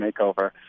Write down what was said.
makeover